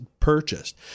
Purchased